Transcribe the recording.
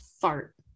fart